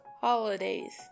Holidays